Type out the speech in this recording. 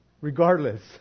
Regardless